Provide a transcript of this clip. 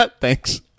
thanks